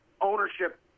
ownership